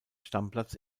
stammplatz